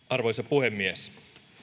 arvoisa puhemies